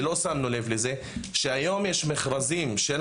שלא שמנו לב לזה שהיום יש מכרזים של